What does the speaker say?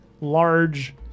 large